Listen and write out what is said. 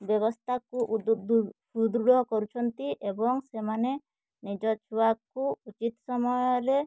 ବ୍ୟବସ୍ଥାକୁ ଉଦୁ ସୁଦୃଢ଼ କରୁଛନ୍ତି ଏବଂ ସେମାନେ ନିଜ ଛୁଆକୁ ଉଚିତ୍ ସମୟରେ